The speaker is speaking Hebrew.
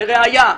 לראיה: